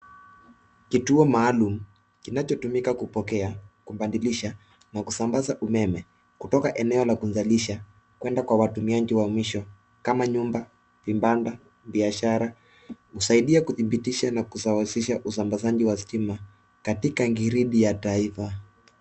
Kituo maalum kinachotumika kupokea, kubadilisha na kusambaza umeme kutoka eneo la kuzalisha kwenda kwa watumiaji wa mwisho kama nyumba, vibanda, biashara. Husaidia kuthibitisha na kusawazisha usambazaji wa stima katika giridi ya taifa.